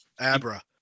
Abra